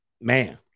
man